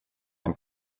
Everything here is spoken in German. ein